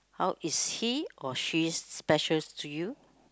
how is he or she special to you